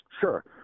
Sure